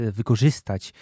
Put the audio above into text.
wykorzystać